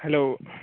hello